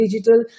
digital